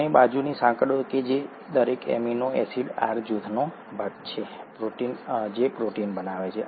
અને બાજુની સાંકળો કે જે દરેક એમિનો એસિડ R જૂથનો ભાગ છે જે પ્રોટીન બનાવે છે